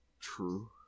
True